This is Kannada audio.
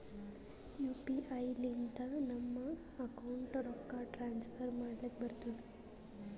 ಯು ಪಿ ಐ ಲಿಂತ ನಮ್ ಅಕೌಂಟ್ಗ ರೊಕ್ಕಾ ಟ್ರಾನ್ಸ್ಫರ್ ಮಾಡ್ಲಕ್ ಬರ್ತುದ್